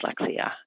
dyslexia